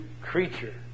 creature